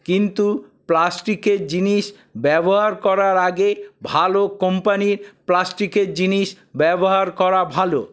কিন্তু প্লাস্টিকের জিনিস ব্যবহার করার আগে ভালো কোম্পানির প্লাস্টিকের জিনিস ব্যবহার করা ভালো